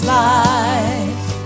life